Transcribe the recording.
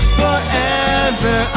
forever